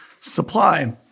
supply